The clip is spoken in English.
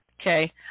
Okay